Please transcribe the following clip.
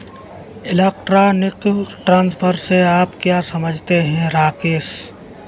Electronic transfer से आप क्या समझते हैं, राकेश?